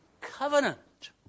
covenant